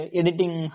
editing